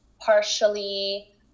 partially